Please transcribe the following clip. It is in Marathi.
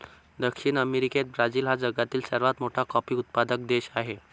दक्षिण अमेरिकेत ब्राझील हा जगातील सर्वात मोठा कॉफी उत्पादक देश आहे